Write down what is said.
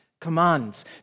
commands